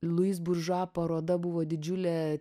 luis buržua paroda buvo didžiulė